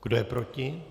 Kdo je proti?